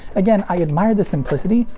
again i admire the simplicity,